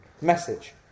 message